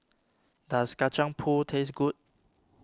does Kacang Pool taste good